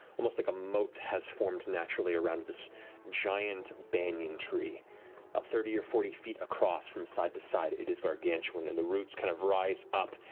like a moat has formed naturally around this giant banyan tree thirty or forty feet across from side to side. it is gargantuan. and the roots kind of rise up,